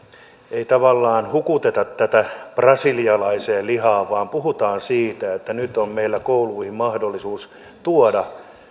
ei tavallaan hukuteta tätä brasilialaiseen lihaan vaan puhutaan siitä että nyt on meillä kouluihin mahdollisuus tuoda